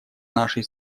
нашей